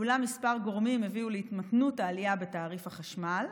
אולם כמה גורמים הביאו להתמתנות העלייה בתעריף החשמל.